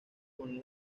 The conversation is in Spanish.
con